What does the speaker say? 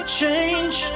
change